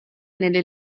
nelle